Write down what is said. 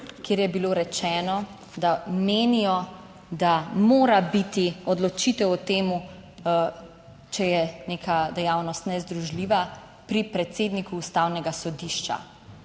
kjer je bilo rečeno, da menijo, da mora biti odločitev o tem, če je neka dejavnost nezdružljiva pri predsedniku Ustavnega sodišča